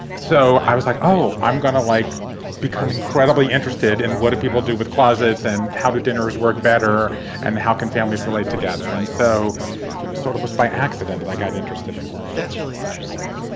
so i was like, oh, i'm gonna like become incredibly interested in what people do with closets and how to dinners work better and how can families relate together. and so was sort of us by accident. i got interested in that's really interesting.